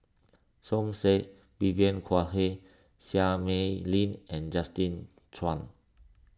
Som Said Vivien Quahe Seah Mei Lin and Justin Zhuang